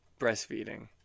breastfeeding